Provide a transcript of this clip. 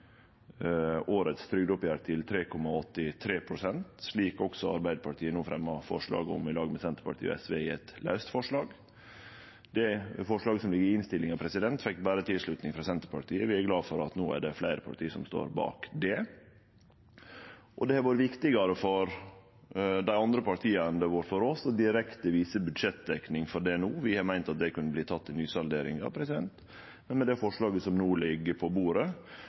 årets trygdeoppgjer til 3,83 pst., slik også Arbeidarpartiet no fremjar eit laust forslag om i lag med Senterpartiet og SV. Det forslaget som ligg i innstillinga, fekk berre tilslutning frå Senterpartiet. Vi er glade for at det no er fleire parti som står bak det. Det har vore viktigare for dei andre partia enn for oss å vise direkte budsjettdekning for det no. Vi har meint at det kunne ein ta i nysalderinga. Men med det forslaget som no ligg på bordet,